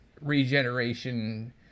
regeneration